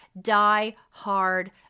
die-hard